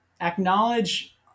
acknowledge